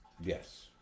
yes